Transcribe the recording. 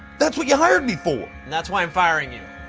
that's what you hired me for. and, that's why i'm firing you.